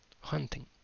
Hunting